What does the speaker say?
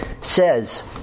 says